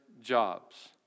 jobs